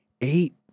eight